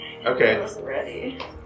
Okay